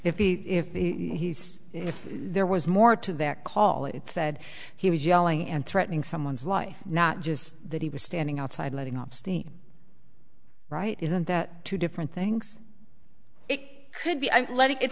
consistent if he if there was more to their call it said he was yelling and threatening someone's life not just that he was standing outside letting off steam right isn't that two different things it could be i'm letting it's